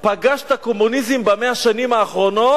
כבר פגש את הקומוניזם ב-100 השנים האחרונות,